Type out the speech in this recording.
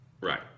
Right